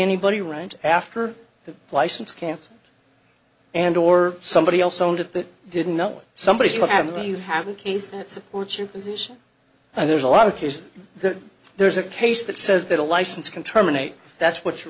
anybody right after the license can't and or somebody else owned it that didn't know somebody should have the you have a case that supports your position and there's a lot of cases there's a case that says that a license can terminate that's what you're